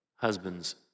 Husbands